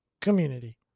community